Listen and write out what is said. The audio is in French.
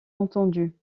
entendu